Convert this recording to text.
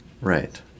right